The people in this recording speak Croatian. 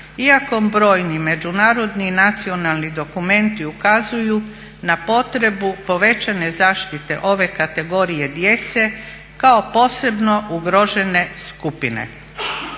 iako brojni međunarodni nacionalni dokumenti ukazuju na potrebu povećane zaštite ove kategorije djece kao posebno ugrožene skupine.